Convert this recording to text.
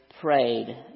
prayed